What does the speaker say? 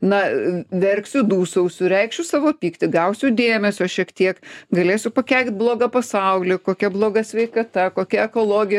na verksiu dūsausiu reikšiu savo pyktį gausiu dėmesio šiek tiek galėsiu pakeikt blogą pasaulį kokia bloga sveikata kokia ekologija